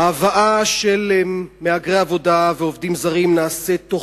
ההבאה של מהגרי עבודה ועובדים זרים נעשית תוך